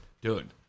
Dude